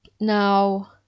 Now